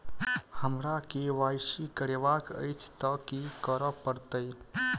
हमरा केँ Y C करेवाक अछि तऽ की करऽ पड़तै?